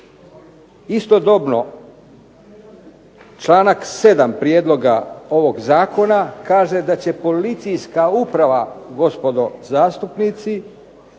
Istodobno čl. 7. Prijedloga ovog zakona kaže da će policijska uprava, gospodo zastupnici,